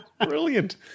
Brilliant